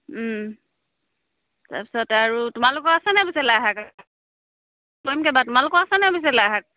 তাৰপিছত আৰু তোমালোকৰ আছে নাই পিছে লাই শাক তোমালোকৰ আছে নাই পিছে লাইশাক